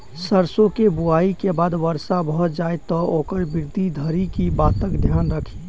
सैरसो केँ बुआई केँ बाद वर्षा भऽ जाय तऽ ओकर वृद्धि धरि की बातक ध्यान राखि?